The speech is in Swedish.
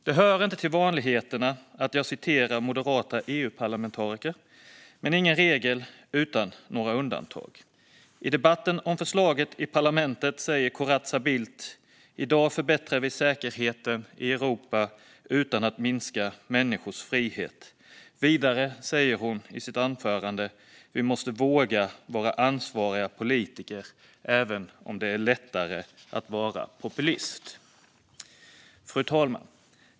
Det hör inte till vanligheterna att jag citerar moderata EU-parlamentariker, men ingen regel utan några undantag. I debatten om förslaget i parlamentet sa Corazza Bildt: "Idag förbättrar vi säkerheten i Europa utan att minska människors frihet." Corazza Bildt sa vidare i sitt anförande: "Vi måste våga vara ansvariga politiker även om det är lättare att vara populist." Fru talman!